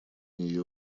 нее